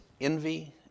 envy